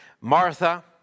Martha